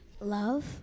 love